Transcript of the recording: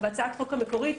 בהצעת החוק המקורית,